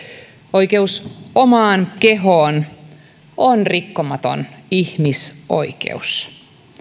oikeus omaan kehoon on rikkomaton ihmisoikeus